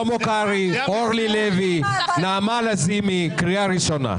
אורלי לוי ונעמה לזימי, קריאה ראשונה.